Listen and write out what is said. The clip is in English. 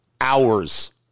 hours